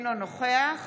אינו נוכח